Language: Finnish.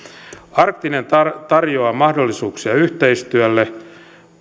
arktinen tarjoaa mahdollisuuksia yhteistyölle